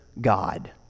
God